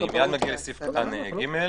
אני מיד מגיע לסעיף קטן (ג).